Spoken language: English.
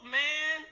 man